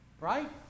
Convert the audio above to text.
Right